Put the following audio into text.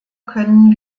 können